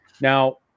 Now